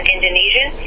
Indonesian